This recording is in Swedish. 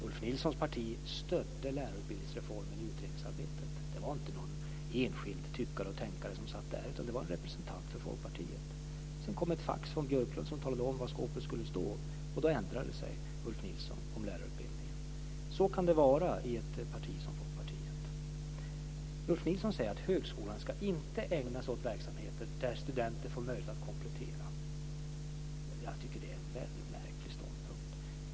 Ulf Nilssons parti stödde lärarutbildningsreformen i utredningsarbetet. Det var inte någon enskild tyckare och tänkare som satt där utan en representant för Folkpartiet. Sedan kom ett fax från Jan Björklund som talade om var skåpet skulle stå, och då ändrade sig Ulf Nilsson om lärarutbildningen. Så kan det vara i ett parti som Folkpartiet. Ulf Nilsson säger att högskolan inte ska ägna sig åt verksamheter där studenter får möjlighet att komplettera. Jag tycker att det är en väldigt märklig ståndpunkt.